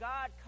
God